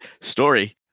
Story